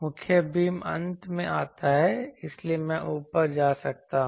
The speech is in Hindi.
मुख्य बीम अंत में आता है इसलिए मैं ऊपर जा सकता हूं